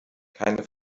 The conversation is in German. keine